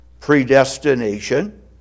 predestination